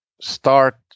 start